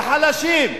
לחלשים,